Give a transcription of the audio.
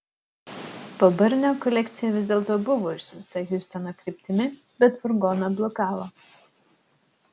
po barnio kolekcija vis dėlto buvo išsiųsta hjustono kryptimi bet furgoną blokavo